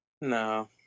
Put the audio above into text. No